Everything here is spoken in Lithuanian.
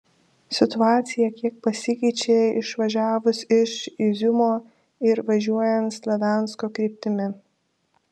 situacija kiek pasikeičia išvažiavus iš iziumo ir važiuojant slaviansko kryptimi